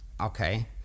Okay